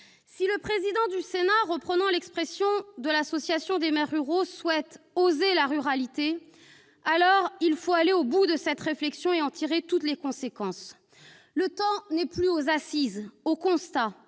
Si le président du Sénat, reprenant l'expression de l'Association des maires ruraux, souhaite « oser la ruralité », alors il faut aller au bout de cette réflexion et en tirer toutes les conséquences. Le temps n'est plus aux assises ou aux constats,